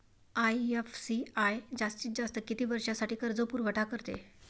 IFCI जास्तीत जास्त किती वर्षासाठी कर्जपुरवठा करते?